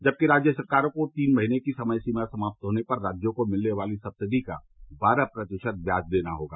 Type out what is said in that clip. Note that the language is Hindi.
जबकि राज्य सरकारों को तीन महीने की समय सीमा समाप्त होने पर राज्यों को मिलने वाली सब्सिडी का बारह प्रतिशत ब्याज देना होगा